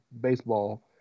baseball